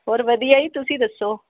ਹੋਰ ਵਧੀਆ ਜੀ ਤੁਸੀਂ ਦੱਸੋ